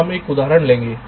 इसलिए हम एक उदाहरण लेंगे